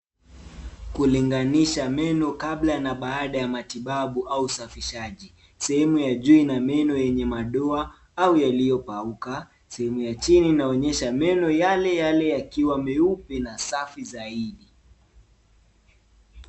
Kulinganisha meno kabla na baada ya matibabu au usafishaji. Sehemu ya juu ina meno yenye madoa au yaliyopauka. Sehemu ya chini inaonyesha meno yale yale yakiwa meupe na safi zaidi.